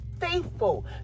faithful